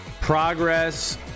progress